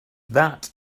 that